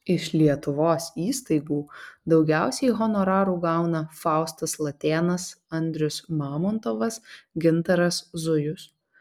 iš lietuvos įstaigų daugiausiai honorarų gauna faustas latėnas andrius mamontovas gintaras zujus